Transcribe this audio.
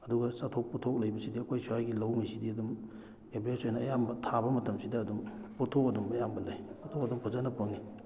ꯑꯗꯨꯒ ꯆꯥꯊꯣꯛ ꯄꯣꯊꯣꯛ ꯂꯩꯕꯁꯤꯗꯤ ꯑꯩꯈꯣꯏ ꯁ꯭ꯋꯥꯏꯒꯤ ꯂꯧꯉꯩꯁꯤꯗꯤ ꯑꯗꯨꯝ ꯑꯦꯕ꯭ꯔꯦꯖ ꯑꯣꯏꯅ ꯑꯌꯥꯝꯕ ꯊꯥꯕ ꯃꯇꯝꯁꯤꯗ ꯑꯗꯨꯝ ꯄꯣꯊꯣꯛ ꯑꯗꯨꯝ ꯑꯌꯥꯝꯕ ꯂꯩ ꯄꯣꯊꯣꯛ ꯑꯗꯨꯝ ꯐꯖꯅ ꯐꯪꯉꯤ